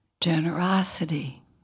generosity